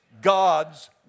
God's